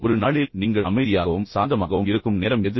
ஒரு நாளில் நீங்கள் அமைதியாகவும் சாந்தமாகவும் இருக்கும் நேரம் எது